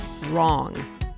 wrong